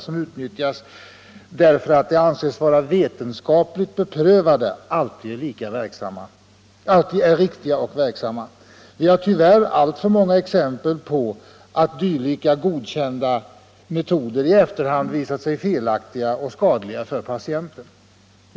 som utnyttjas därför att de anses vara vetenskapligt beprövade alltid är riktiga och verksamma. Vi har tyvärr alltför många exempel på att dylika godkända metoder i efterhand visat sig felaktiga och skadliga för patienten.